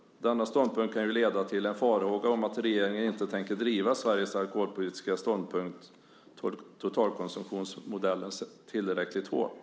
Denna ståndpunkt kan ju leda till en farhåga om att regeringen inte tänker driva Sveriges alkoholpolitiska ståndpunkt, totalkonsumtionsmodellen, tillräckligt hårt.